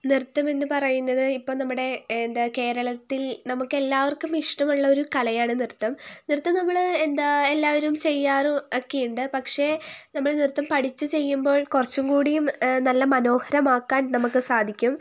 നൃത്തം എന്ന് പറയുന്നത് ഇപ്പോൾ നമ്മുടെ എന്താ കേരളത്തിൽ നമുക്ക് എല്ലാവർക്കും ഇഷ്ടമുള്ള ഒരു കലയാണ് നൃത്തം നൃത്തം നമ്മൾ എന്താ എല്ലാവരും ചെയ്യാറും ഒക്കെയുണ്ട് പക്ഷേ നമ്മൾ നൃത്തം പഠിച്ച് ചെയ്യുമ്പോൾ കുറച്ചുംകൂടിയും നല്ല മനോഹരമാക്കാൻ നമുക്ക് സാധിക്കും